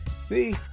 See